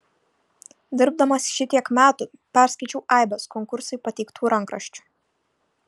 dirbdamas šitiek metų perskaičiau aibes konkursui pateiktų rankraščių